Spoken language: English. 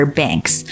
banks